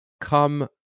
come